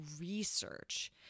research